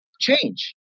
change